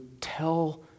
tell